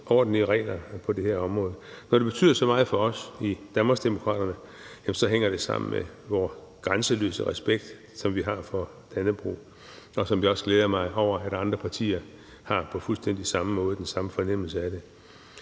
ordentlige regler på det her område. Når det betyder så meget for os i Danmarksdemokraterne, hænger det sammen med vor grænseløse respekt, som vi har for Dannebrog, og som jeg også glæder mig over andre partier har på fuldstændig samme måde, altså den samme fornemmelse af det.